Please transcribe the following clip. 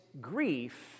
grief